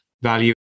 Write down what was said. value